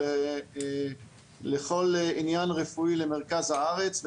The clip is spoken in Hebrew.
או לכל עניין רפואי למרכז הארץ.